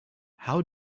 how